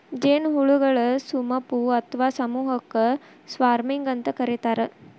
ಜೇನುಹುಳಗಳ ಸುಮಪು ಅತ್ವಾ ಸಮೂಹಕ್ಕ ಸ್ವಾರ್ಮಿಂಗ್ ಅಂತ ಕರೇತಾರ